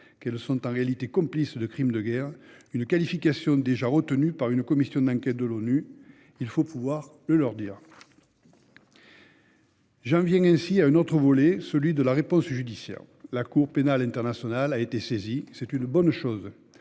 qu'elles sont en réalité complices de crimes de guerre, une qualification déjà retenue par une commission d'enquête de l'ONU ? Il faut le leur faire savoir. J'en viens au volet de la réponse judiciaire. La Cour pénale internationale a été saisie, ce qui est une bonne chose.